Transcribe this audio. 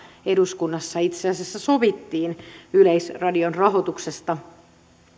eduskunnassa itse asiassa sovittiin yleisradion rahoituksesta